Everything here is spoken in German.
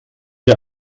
der